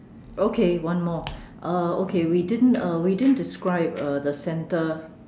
okay one more uh okay we didn't uh we didn't describe uh the center